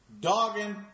dogging